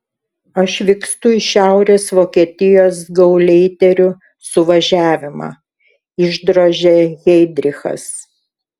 aš vykstu į šiaurės vokietijos gauleiterių suvažiavimą išdrožė heidrichas